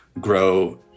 grow